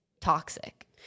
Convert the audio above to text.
toxic